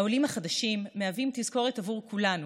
העולים החדשים מהווים תזכורת עבור כולנו,